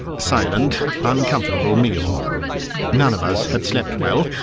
silent, uncomfortable meal none of us had slept well,